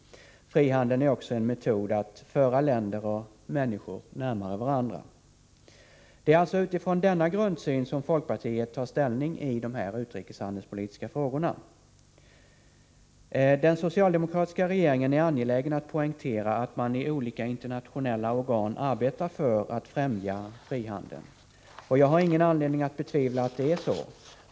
Frihandeln är också en metod att föra länder och människor närmare varandra. Det är alltså utifrån denna grundsyn folkpartiet tar ställning i de utrikeshandelspolitiska frågorna. Den socialdemokratiska regeringen är angelägen att poängtera att man i olika internationella organ arbetar för att främja frihandeln. Jag har ingen anledning att betvivla att det är så.